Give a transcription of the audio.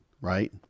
right